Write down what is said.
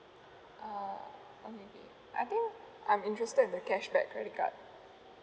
ah okay okay I think I'm interested in the cashback card